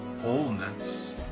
wholeness